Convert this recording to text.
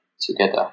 together